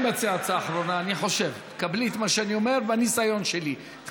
עד סוף המושב תיתנו לה תשובה?